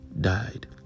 died